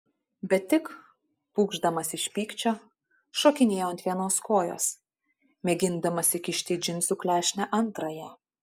bet tik pūkšdamas iš pykčio šokinėjo ant vienos kojos mėgindamas įkišti į džinsų klešnę antrąją